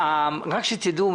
תדעו,